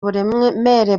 uburemere